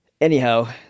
Anyhow